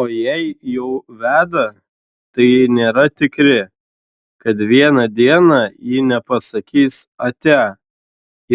o jei jau veda tai nėra tikri kad vieną dieną ji nepasakys atia